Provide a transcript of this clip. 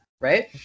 Right